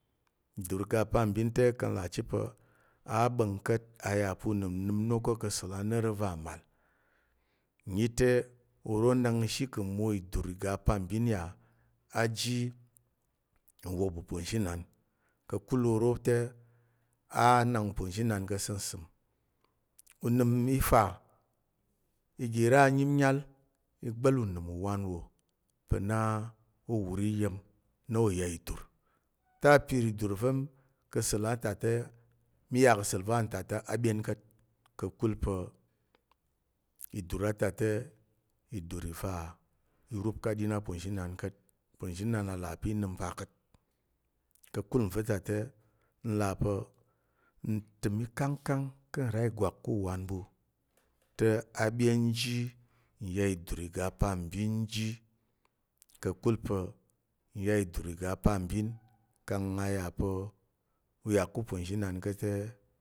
Idur ga pambin te ka̱ nlà chit pa̱ a ɓa̱ng ka̱t a yà pa̱ unəm nəm inok ka̱ sa̱l a noro va màl. Ǹnyi te, oro nak shi ka̱ mmwo idur iga pambin ya a jinwop uponzhinan, ka̱kul pa̱ oro te a nak uponzhinan ka̱ sinsəm. Unəm i fa ige ra nyimnyal i gba̱l unəm uwan wò pa̱ na o wur iyiya̱m na ya idur te, apir idur va̱ ka̱ sa̱l a ta te mí ya ka̱ sa̱l va̱ wanta te a ɓyen ka̱t. Ka̱kul pa̱ idur a ta te idur va i rup ka aɗin aponzhinan ka̱t. Uponzhinan a là pa̱ nəm pa̱ ka̱t ka̱kul nva̱ ta te n là pa̱ ntəm ikangkang ka̱ nra ìgwak ku uwan ɓu te a ɓyen ji nya idur iga apambin ji. Ka̱kul pa̱ nya idur iga apambin kang a ya pa̱ u ya ku uponzhi nan ka̱t te